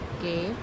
Okay